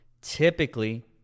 Typically